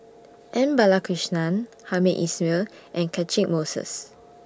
M Balakrishnan Hamed Ismail and Catchick Moses